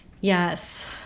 Yes